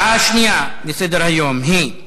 הנושא השני בסדר-היום הוא: